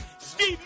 Steve